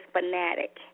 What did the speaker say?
fanatic